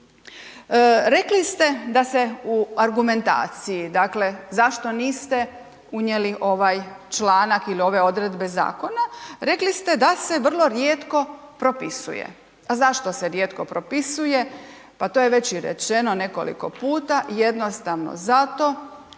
Rekli ste da se u argumentaciji, dakle, zašto niste unijeli ovaj članak ili ove odredbe zakona, rekli ste da se vrlo rijetko propisuje, a zašto se rijetko propisuje, pa to je već i rečeno nekoliko puta, jednostavno zato